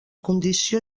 condició